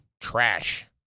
Trash